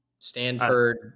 Stanford